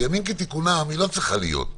בימים כתיקונם היא לא צריכה להיות,